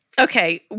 Okay